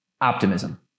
Optimism